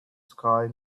sky